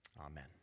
Amen